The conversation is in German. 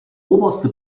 oberste